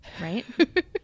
Right